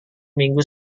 minggu